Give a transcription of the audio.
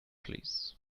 please